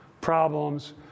problems